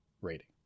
rating